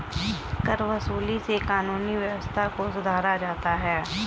करवसूली से कानूनी व्यवस्था को सुधारा जाता है